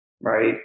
right